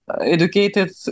educated